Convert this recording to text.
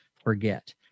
forget